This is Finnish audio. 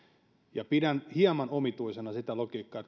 ja pidän hieman omituisena sitä logiikkaa